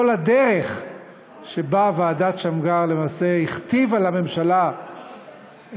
כל הדרך שוועדת שמגר למעשה הכתיבה לממשלה,